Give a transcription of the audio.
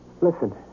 Listen